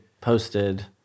posted